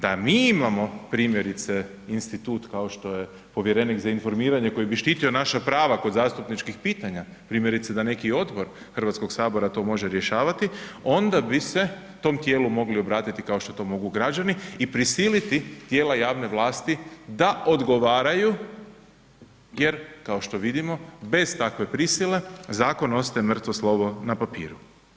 Da mi imamo primjerice institut kao što je povjerenik za informiranje koji bi štitio naša prava kod zastupničkih pitanja, primjerice da neki odbor Hrvatskog sabora to može rješavati onda bi se tom tijelu mogli obratiti kao što to mogu građani i prisiliti tijela javne vlasti da odgovaraju jer kao što vidimo bez takve prisile zakon ostaje mrtvo slovo na papiru.